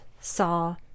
saw